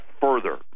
further